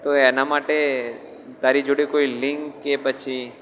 તો એના માટે તારી જોડે કોઈ લિન્ક કે પછી